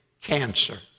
cancer